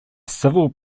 civil